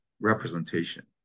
representation